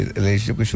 relationship